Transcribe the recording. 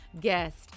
guest